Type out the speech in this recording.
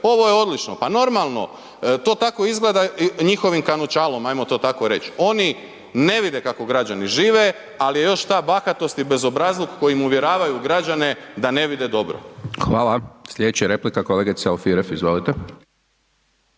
ovo je odlično, pa normalno, to tako izgleda njihovim kanućalom ajmo to tako reći, oni ne vide kako građani žive ali je još ta bahatost i bezobrazluk kojim uvjeravaju građane da ne vide dobro. **Hajdaš Dončić, Siniša (SDP)** Hvala.